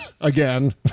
again